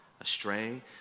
astray